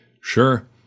Sure